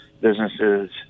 businesses